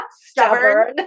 Stubborn